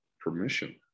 permission